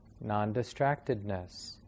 non-distractedness